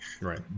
Right